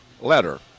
letter